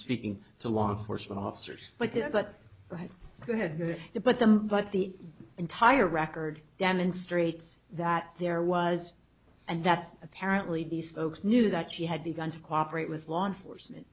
speaking to law enforcement officers but right had it but the but the entire record demonstrates that there was and that apparently these folks knew that she had begun to cooperate with law enforcement